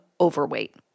overweight